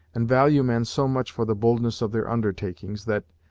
and value men so much for the boldness of their undertakings, that,